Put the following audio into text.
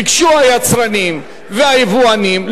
ביקשו היצרנים והיבואנים,